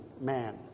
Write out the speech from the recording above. man